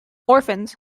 orphans